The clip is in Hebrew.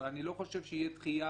אני לא חושב שתהיה דחייה